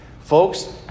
Folks